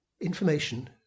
Information